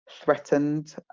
threatened